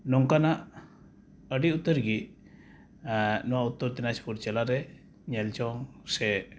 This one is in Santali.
ᱱᱚᱝᱠᱟᱱᱟᱜ ᱟᱹᱰᱤ ᱩᱛᱟᱹᱨᱜᱮ ᱱᱚᱣᱟ ᱩᱛᱛᱚᱨ ᱫᱤᱱᱟᱡᱽᱯᱩᱨ ᱡᱮᱞᱟᱨᱮ ᱧᱮᱞᱡᱚᱝ ᱥᱮ